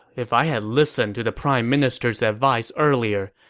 if i had listened to the prime minister's advice earlier,